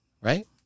Right